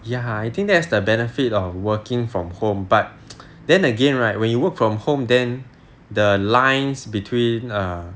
ya I think that is the benefit of working from home but then again right when you work from home then the lines between err